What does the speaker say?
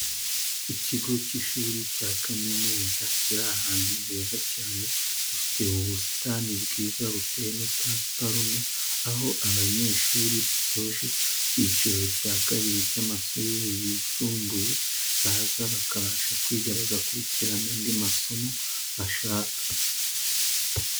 Ikigo cy'ishuri cya kaminuza kiri ahantu heza cyane, gifite ubusitani bwiza buteyemo pasiparume, aho abanyeshuri basoje icyiciro cya kabiri cy'amashuri yisumbuye baza bakabafasha kwiga bagakurikirana andi masomo bashaka.